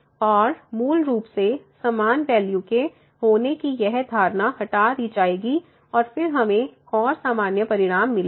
और मूल रूप से समान वैल्यू के होने की यह धारणा हटा दी जाएगी और फिर हमें और सामान्य परिणाम मिलेंगे